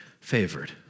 favored